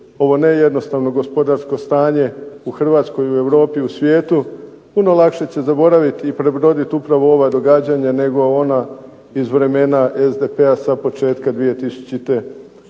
ovo ne jednostavno gospodarsko stanje u Hrvatskoj, u Europi, u svijetu. Puno lakše će zaboravit i prebrodit upravo ova događanja nego ona iz vremena SDP-a sa početka 2000.